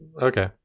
Okay